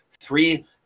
three